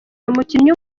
umukinnyi